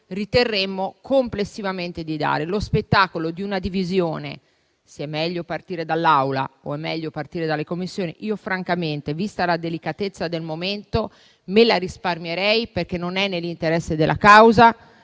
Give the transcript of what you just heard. riterremo complessivamente di adottare. Lo spettacolo di una divisione sul tema se sia meglio partire dall'Assemblea o dalle Commissioni, francamente, vista la delicatezza del momento, me lo risparmierei, perché non è nell'interesse della causa,